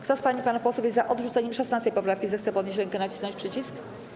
Kto z pań i panów posłów jest za odrzuceniem 16. poprawki, zechce podnieść rękę i nacisnąć przycisk.